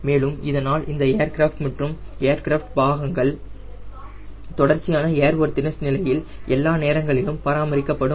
மேலும் இதனால் இந்த ஏர்கிராஃப்ட் மற்றும் ஏர்கிராஃப்ட் பாகங்கள் தொடர்ச்சியான ஏர்வொர்தினஸ் நிலையில் எல்லா நேரங்களிலும் பராமரிக்கப்படும்